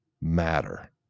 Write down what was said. matter